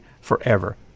forever